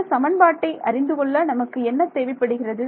இந்தச் சமன்பாட்டை அறிந்துகொள்ள நமக்கு என்ன தேவைப்படுகிறது